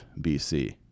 BC